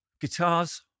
guitars